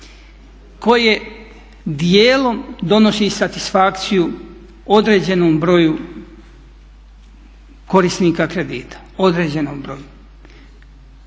koje dijelom donosi satisfakciju određenom broju korisnika kredita,